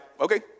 okay